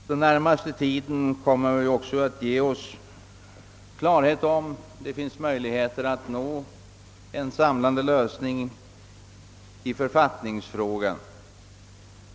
Den närmaste tiden kommer också att ge oss klarhet om huruvida det finns möjlighet att nå en samlande lösning i författningsfrågan.